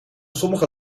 sommige